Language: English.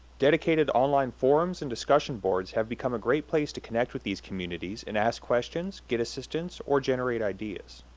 dedicated online forums and discussion boards have become a great place to connect with these communities and ask questions, get assistance, or generate ideas.